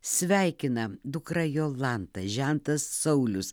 sveikina dukra jolanta žentas saulius